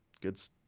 good